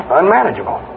unmanageable